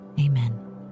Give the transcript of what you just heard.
amen